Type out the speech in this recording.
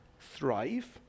thrive